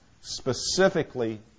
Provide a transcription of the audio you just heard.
specifically